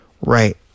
Right